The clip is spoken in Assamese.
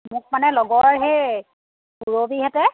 মোক মানে লগৰ সেই সুৰবীহেঁতে